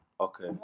Okay